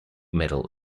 medal